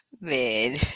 man